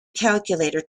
calculator